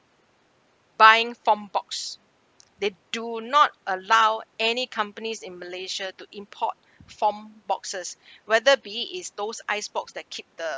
buying foam box they do not allow any companies in malaysia to import foam boxes whether be it is those ice box that keep the